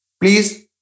please